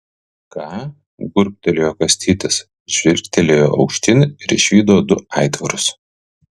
ką burbtelėjo kastytis žvilgtelėjo aukštyn ir išvydo du aitvarus